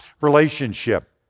relationship